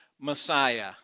Messiah